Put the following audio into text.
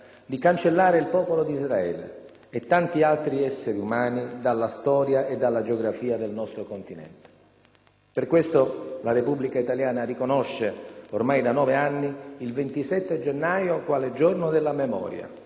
di cancellare il popolo d'Israele, e tanti altri esseri umani, dalla storia e dalla geografia del nostro continente. Per questo la Repubblica italiana riconosce, ormai da nove anni, il 27 gennaio quale «Giorno della Memoria»,